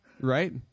right